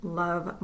love